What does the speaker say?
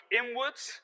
inwards